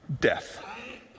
death